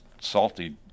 salty